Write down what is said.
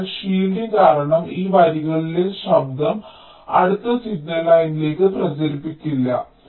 അതിനാൽ ഷീൽഡിംഗ് കാരണം ഈ വരികളിലെ ശബ്ദം അടുത്ത സിഗ്നൽ ലൈനിലേക്ക് പ്രചരിപ്പിക്കില്ല